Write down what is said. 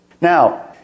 Now